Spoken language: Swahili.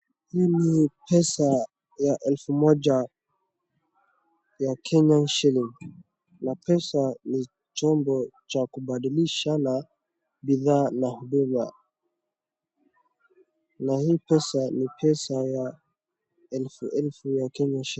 Hii ni pesa ya elfu moja ya Kenyan shilling na pesa ni chombo cha kubadilishana bidhaa na huduma na hii pesa ni pesa ya elfu elfu ya Kenya shilling .